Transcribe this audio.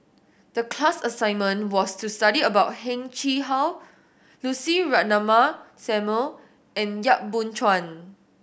the class assignment was to study about Heng Chee How Lucy Ratnammah Samuel and Yap Boon Chuan